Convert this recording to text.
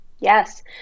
Yes